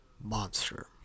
monster